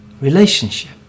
Relationship